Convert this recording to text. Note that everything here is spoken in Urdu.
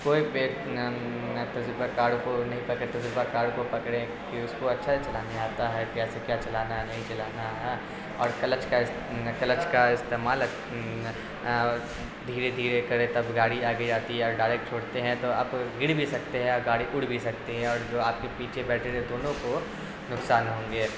کوئی پیٹ تجربہ کار کو نہیں پکڑے تجربہ کار کو پکڑیں کہ اس کو اچھا سے چلانا آتا ہے کیسے کیا چلانا نہیں چلانا ہے اور کلچ کا کلچ کا استعمال دھیرے دھیرے کریں تب گاڑی آگے جاتی ہے اور ڈائریکٹ چھوڑتے ہیں تو آپ گر بھی سکتے ہیں اور گاڑی اڑ بھی سکتے ہیں اور جو آپ کے پیچھے بیٹری دونوں کو نقصان ہوں گے